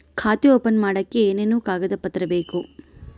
ಖಾತೆ ಓಪನ್ ಮಾಡಕ್ಕೆ ಏನೇನು ಕಾಗದ ಪತ್ರ ಬೇಕು?